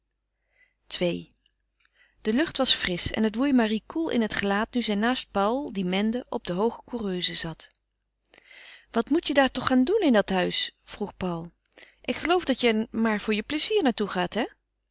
ii de lucht was frisch en het woei marie koel in het gelaat nu zij naast paul die mende op de hooge coureuse zat wat moet je daar toch gaan doen in dat huis vroeg paul ik geloof dat je er maar voor je plezier naar toe gaat hé